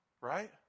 right